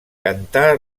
cantà